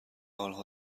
آنها